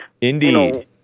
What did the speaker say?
Indeed